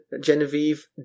Genevieve